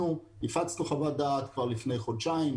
הפצנו חוות דעת כבר לפני חודשיים,